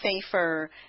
safer